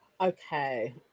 Okay